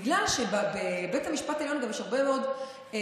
בגלל שבבית המשפט העליון יש גם הרבה מאוד פסיקות